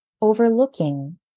overlooking